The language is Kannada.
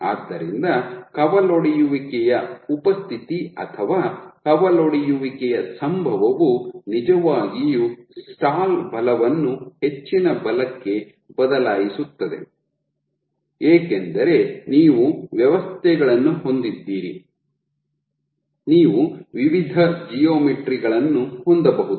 ಆದ್ದರಿಂದ ಕವಲೊಡೆಯುವಿಕೆಯ ಉಪಸ್ಥಿತಿ ಅಥವಾ ಕವಲೊಡೆಯುವಿಕೆಯ ಸಂಭವವು ನಿಜವಾಗಿಯೂ ಸ್ಟಾಲ್ ಬಲವನ್ನು ಹೆಚ್ಚಿನ ಬಲಕ್ಕೆ ಬದಲಾಯಿಸುತ್ತದೆ ಏಕೆಂದರೆ ನೀವು ವ್ಯವಸ್ಥೆಗಳನ್ನು ಹೊಂದಿದ್ದೀರಿ ನೀವು ವಿವಿಧ ಜಿಯೋಮೆಟ್ರಿ ಗಳನ್ನು ಹೊಂದಬಹುದು